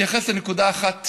להתייחס לנקודה אחת